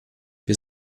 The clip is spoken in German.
wir